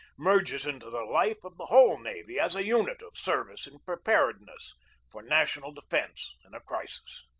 merges into the life of the whole navy as a unit of service in preparedness for national defence in a crisis.